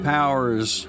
Powers